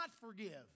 forgive